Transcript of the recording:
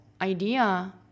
idea